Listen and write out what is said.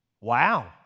Wow